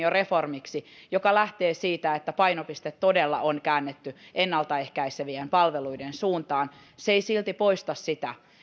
reformiksi joka lähtee siitä että painopiste todella on käännetty ennalta ehkäisevien palveluiden suuntaan se ei silti poista sitä